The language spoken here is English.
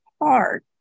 hard